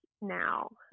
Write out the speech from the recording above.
now